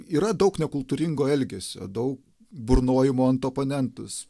yra daug nekultūringo elgesio daug burnojimo ant oponentus